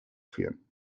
führen